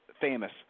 famous